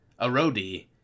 Arodi